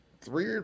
three